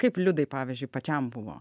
kaip liudai pavyzdžiui pačiam buvo